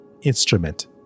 instrument